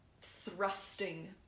thrusting